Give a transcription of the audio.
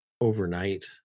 overnight